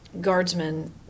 guardsmen